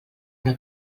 una